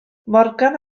morgan